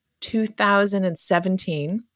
2017